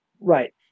Right